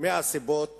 100 סיבות